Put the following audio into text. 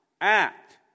act